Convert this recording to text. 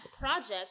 project